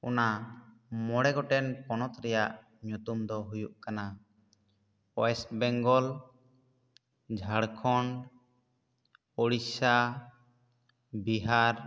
ᱚᱱᱟ ᱢᱚᱬᱮ ᱜᱚᱴᱮᱱ ᱯᱚᱱᱚᱛ ᱨᱮᱭᱟᱜ ᱧᱩᱛᱩᱢ ᱫᱚ ᱦᱩᱭᱩᱜ ᱠᱟᱱᱟ ᱳᱭᱮᱥᱴ ᱵᱮᱝᱜᱚᱞ ᱡᱷᱟᱲᱠᱷᱚᱸᱰ ᱳᱰᱤᱥᱟ ᱵᱤᱦᱟᱨ